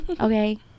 Okay